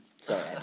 Sorry